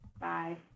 bye